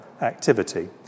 activity